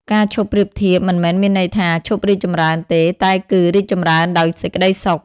ការឈប់ប្រៀបធៀបមិនមែនមានន័យថា "ឈប់រីកចម្រើន" ទេ តែគឺ "រីកចម្រើនដោយសេចក្តីសុខ"។